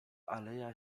aleja